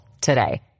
today